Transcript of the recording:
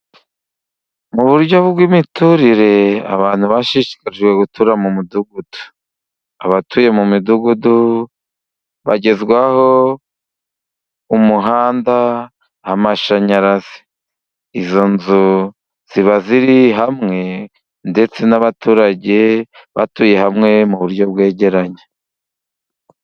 Mu buryo bw'imiturire abantu bashishikarijwe gutura mu mudugudu. Abatuye mu midugudu bagezwaho umuhanda, amashanyarazi. Izo nzu ziba ziri hamwe ndetse n'abaturage batuye hamwe, mu buryo bwegeranye.